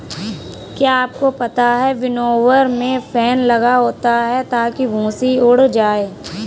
क्या आपको पता है विनोवर में फैन लगा होता है ताकि भूंसी उड़ जाए?